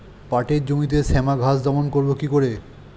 পাটের জমিতে শ্যামা ঘাস দমন করবো কি করে?